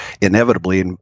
Inevitably